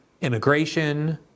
immigration